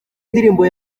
ndirimbo